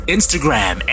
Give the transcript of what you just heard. Instagram